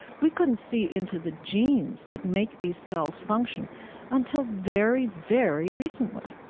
we couldn't see into the genes that make these cells function until very, very recently